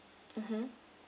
mmhmm